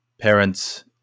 parents